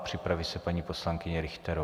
Připraví se paní poslankyně Richterová.